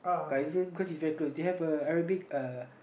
cousin cause his very close they have a Arabic uh